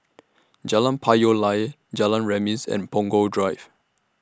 Jalan Payoh Lai Jalan Remis and Punggol Drive